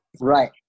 right